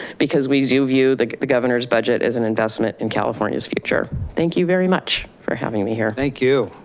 because we do view the the governor's budget as an investment in california's future. thank you very much for having me here. thank you,